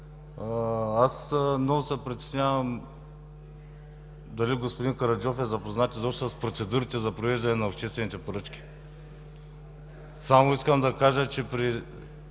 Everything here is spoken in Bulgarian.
Аз много се притеснявам дали господин Караджов е запознат изобщо с процедурите за провеждане на обществените поръчки. В тези случаи, при